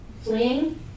fleeing